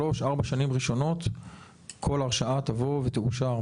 שלוש-ארבע שנים ראשונות כל הרשאה תבוא ותאושר,